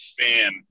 fan –